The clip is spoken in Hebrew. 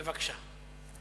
בבקשה.